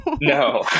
No